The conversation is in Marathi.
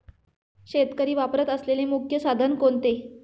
शेतकरी वापरत असलेले मुख्य साधन कोणते?